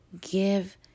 Give